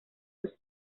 sus